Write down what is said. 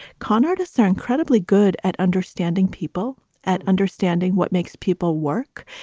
con artists are incredibly good at understanding people, at understanding what makes people work.